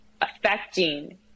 affecting